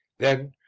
then,